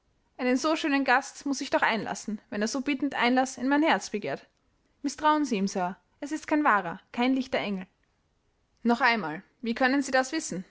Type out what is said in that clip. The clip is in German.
einen so schönen gast muß ich doch einlassen wenn er so bittend einlaß in mein herz begehrt mißtrauen sie ihm sir es ist kein wahrer kein lichter engel noch einmal wie können sie das wissen